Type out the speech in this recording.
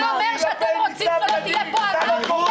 אתה אומר שאתם רוצים שלא תהיה פה אנרכיה?